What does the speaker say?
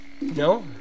No